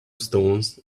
stones